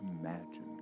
imagine